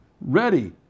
ready